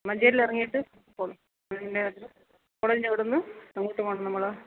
മഞ്ചേരിൽ ഇറങ്ങീട്ട് പോന്ന് പിന്നെ അതിൽ കോളേജിന്റവട്ന്ന് എങ്ങോട്ട് പോകണം നമ്മൾ